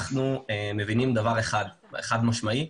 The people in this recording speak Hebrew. אנחנו מבינים דבר אחד שהוא חד משמעי.